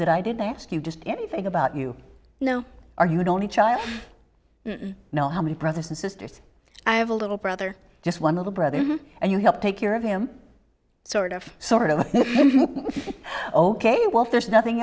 that i didn't ask you just anything about you know argued only child you know how many brothers and sisters i have a little brother just one little brother and you help take care of him sort of sort of ok well there's nothing